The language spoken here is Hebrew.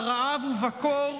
ברעב ובקור,